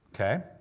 Okay